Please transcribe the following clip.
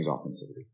offensively